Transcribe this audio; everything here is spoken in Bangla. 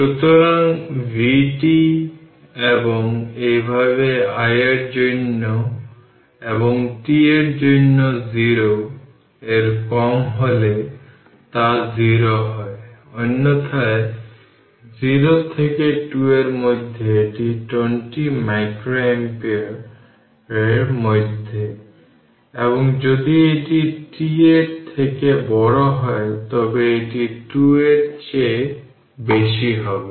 সুতরাং এটি vt এবং একইভাবে i এর জন্য এবং t এর জন্য 0 এর কম হলে তা 0 হয় অন্যথায় 0 থেকে 2 এর মধ্যে এটি 20 মাইক্রো অ্যাম্পিয়ারের মধ্যে এবং যদি এটি t এর থেকে বড় হয় তবে এটি 2 এর চেয়ে বেশি হবে